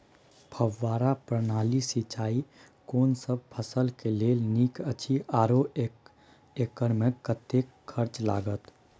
फब्बारा प्रणाली सिंचाई कोनसब फसल के लेल नीक अछि आरो एक एकर मे कतेक खर्च लागत?